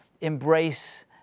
embrace